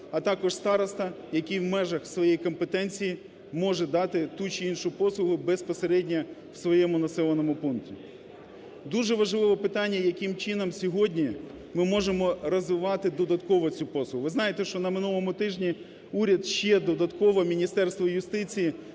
а також староста, який в межах своєї компетенції може дати ту чи іншу послугу безпосередньо в своєму населеному пункті. Дуже важливе питання, яким чином сьогодні ми можемо розвивати додатково цю послугу. Ви знаєте, що на минулому тижні уряд, ще додатково Міністерство юстиції